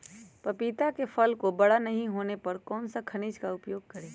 पपीता के फल को बड़ा नहीं होने पर कौन सा खनिज का उपयोग करें?